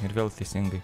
ir vėl teisingai